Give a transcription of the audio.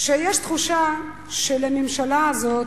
שיש תחושה שלממשלה הזאת,